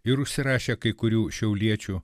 ir užsirašė kai kurių šiauliečių